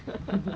okay